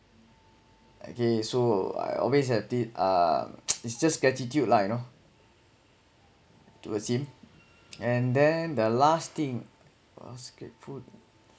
okay so I always have it uh it's just gratitude lah you know towards him and then the last thing was greatful